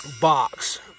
box